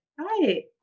Hi